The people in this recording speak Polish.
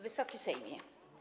Wysoki Sejmie!